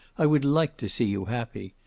i would like to see you happy.